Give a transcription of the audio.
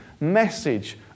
message